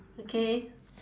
okay